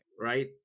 right